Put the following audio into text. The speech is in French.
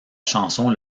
chanson